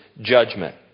judgment